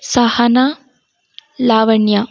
Sahana Lavanya